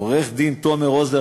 עורך-הדין תומר רוזנר,